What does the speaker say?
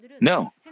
No